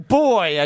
boy